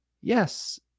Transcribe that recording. yes